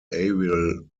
ariel